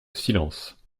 silence